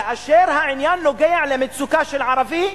כאשר העניין נוגע במצוקה של ערבי,